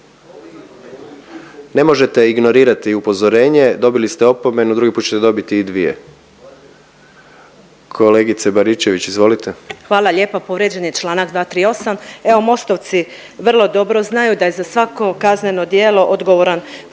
ne možete ignorirati upozorenje, dobili ste opomenu, drugi puta ćete dobiti i dvije. Kolegice Baričević izvolite. **Baričević, Danica (HDZ)** Hvala lijepa. Povrijeđen je čl. 238., evo Mostovci vrlo dobro znaju da je za svako kazneno djelo odgovoran